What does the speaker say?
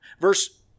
Verse